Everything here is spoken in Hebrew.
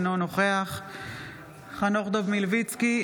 אינו נוכח חנוך דב מלביצקי,